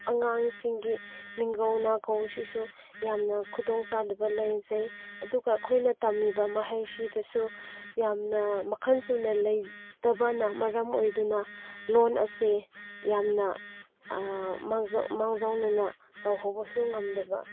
ꯑꯉꯥꯡꯁꯤꯡꯒꯤ ꯃꯤꯡꯒꯧ ꯅꯥꯀꯧꯁꯤꯁꯨ ꯌꯥꯝꯅ ꯈꯨꯗꯣꯡ ꯆꯥꯗꯕ ꯂꯩꯖꯩ ꯑꯗꯨꯒ ꯑꯩꯈꯣꯏꯅ ꯇꯝꯃꯤꯕ ꯃꯍꯩꯁꯤꯗꯁꯨ ꯌꯥꯝꯅ ꯃꯈꯜ ꯁꯨꯅ ꯂꯩꯇꯕꯅ ꯃꯔꯝ ꯑꯣꯏꯗꯨꯅ ꯂꯣꯟ ꯑꯁꯤ ꯌꯥꯝꯅ ꯃꯥꯡꯖꯧꯅꯅ ꯇꯧꯍꯧꯕꯁꯨ ꯉꯝꯗꯕ